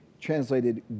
translated